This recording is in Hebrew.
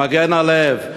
"מגן הלב"